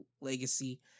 legacy